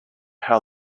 how